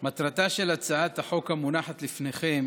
מטרתה של הצעת החוק המונחת לפניכם